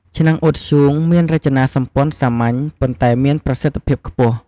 ឆ្នាំងអ៊ុតធ្យូងមានរចនាសម្ព័ន្ធសាមញ្ញ ប៉ុន្តែមានប្រសិទ្ធភាពខ្ពស់។